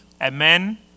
amen